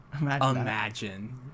Imagine